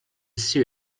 ssir